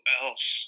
else